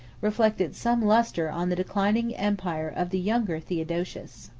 reflected some lustre on the declining empire of the younger theodosius.